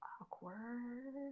awkward